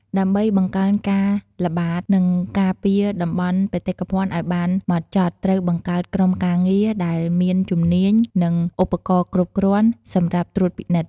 ដើម្បីបង្កើនការល្បាត និងការពារតំបន់បេតិកភណ្ឌឱ្យបានហ្មត់ចត់ ត្រូវបង្កើតក្រុមការងារដែលមានជំនាញ និងឧបករណ៍គ្រប់គ្រាន់ សម្រាប់ត្រួតពិនិត្យ។